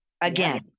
Again